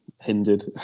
hindered